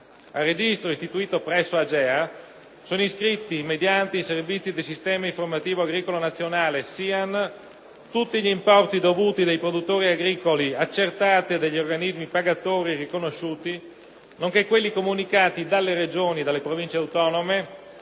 Al Registro, istituito presso l'AGEA, sono iscritti, mediante i servizi del Sistema informativo agricolo nazionale (SIAN), tutti gli importi dovuti dai produttori agricoli, accertati dagli organismi pagatori riconosciuti, nonché quelli comunicati dalle Regioni e dalle Province autonome,